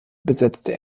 besetzte